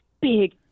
big